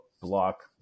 Block